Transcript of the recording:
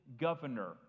governor